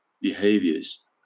behaviors